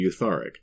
Eutharic